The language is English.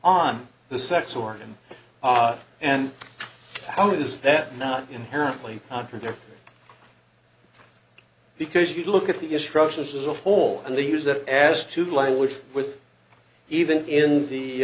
on the sex organ and how is that not inherently contradictory because you look at the instructions as a whole and they use that as to language with even in